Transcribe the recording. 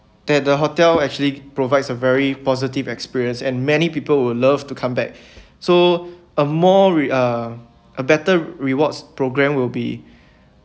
that the hotel actually provides a very positive experience and many people will love to come back so a more re~ uh a better rewards programme will be